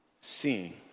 seeing